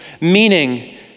Meaning